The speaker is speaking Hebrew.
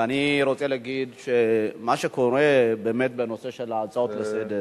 ואני רוצה להגיד שמה שקורה בנושא של ההצעות לסדר-היום,